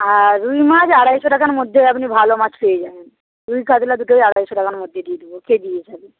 আর রুই মাছ আড়াইশো টাকার মধ্যে আপনি ভালো মাছ পেয়ে যাবেন রুই কাতলা দুটোই আড়াইশো টাকার মধ্যে দিয়ে দেব কেজি হিসেবে